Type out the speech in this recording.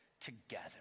together